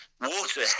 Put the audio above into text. Water